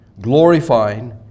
glorifying